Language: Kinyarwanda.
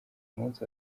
munsi